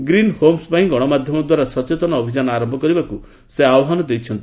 green homes ପାଇଁ ଗଣମାଧ୍ୟମ ଦ୍ୱାରା ସଚେତନତା ଅଭିଯାନ ଆରମ୍ଭ କରିବାକୁ ସେ ଆହ୍ୱାନ ଦେଇଛନ୍ତି